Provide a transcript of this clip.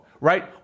right